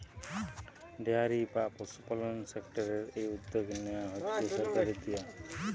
dairy বা পশুপালন সেক্টরের এই উদ্যগ নেয়া হতিছে সরকারের দিয়া